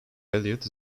beloit